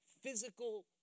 physical